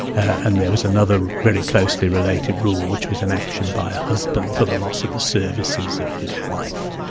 and there was another very closely related rule which was an action by a husband for the loss of the services of his wife,